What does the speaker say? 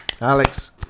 Alex